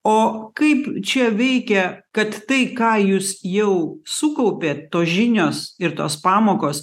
o kaip čia veikia kad tai ką jūs jau sukaupėt tos žinios ir tos pamokos